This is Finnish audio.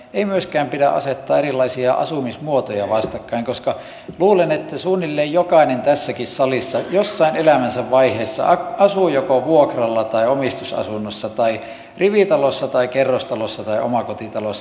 ei myöskään pidä asettaa erilaisia asumismuotoja vastakkain koska luulen että suunnilleen jokainen tässäkin salissa jossain elämänsä vaiheessa asuu vuokralla jossain vaiheessa omistusasunnossa rivitalossa kerrostalossa omakotitalossa